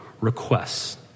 requests